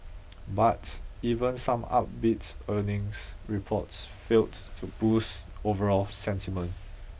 but even some upbeat earnings reports failed to boost overall sentiment